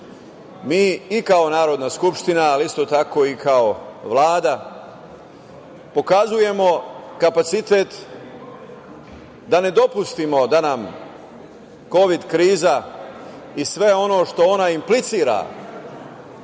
mi i kao Narodna skupština, ali isto tako i kao Vlada pokazujemo kapacitet da ne dopustimo da nam Kovid kriza i sve ono što ona implicira,